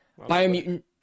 Biomutant